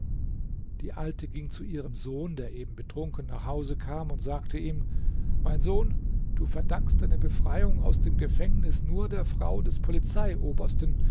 die alte ging zu ihrem sohn der eben betrunken nach hause kam und sagte ihm mein sohn du verdankst deine befreiung aus dem gefängnis nur der frau des